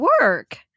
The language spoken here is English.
work